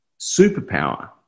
superpower –